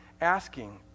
asking